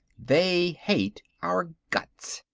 they hate our guts.